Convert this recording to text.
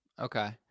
Okay